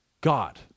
God